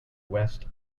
west